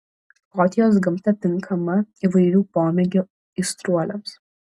škotijos gamta tinkama įvairių pomėgių aistruoliams